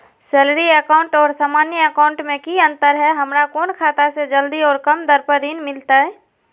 Salary account और सामान्य account मे की अंतर है हमरा कौन खाता से जल्दी और कम दर पर ऋण मिलतय?